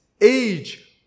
age